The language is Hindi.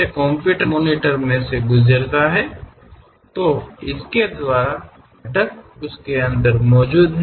तो इसके द्वारा शीर्ष भाग को हटा दिया जाए और नीचे के हिस्से की कल्पना की जाई तो हम समझ सकें कि किस प्रकार के इलेक्ट्रॉनिक घटक उसके अंदर मौजूद हैं